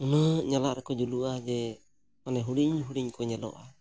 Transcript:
ᱩᱱᱟᱹᱜ ᱧᱟᱞᱟᱜ ᱨᱮᱠᱚ ᱧᱩᱨᱩᱜᱼᱟ ᱡᱮ ᱢᱟᱱᱮ ᱦᱩᱰᱤᱧ ᱦᱩᱰᱤᱧ ᱠᱚ ᱧᱮᱞᱚᱜᱼᱟ